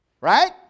right